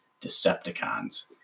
Decepticons